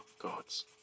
gods